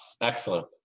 Excellent